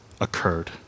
occurred